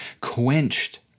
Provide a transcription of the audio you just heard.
quenched